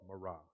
Marah